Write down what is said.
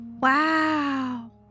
Wow